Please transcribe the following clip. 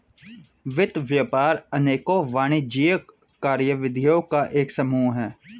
वित्त व्यापार अनेकों वाणिज्यिक कार्यविधियों का एक समूह है